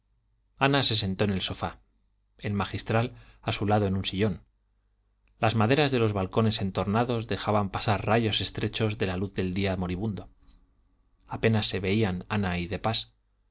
ana se sentó en el sofá el magistral a su lado en un sillón las maderas de los balcones entornados dejaban pasar rayos estrechos de la luz del día moribundo apenas se veían ana y de pas